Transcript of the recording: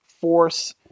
force